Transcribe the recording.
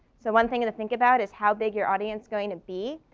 so one thing to think about is how big your audience going to be.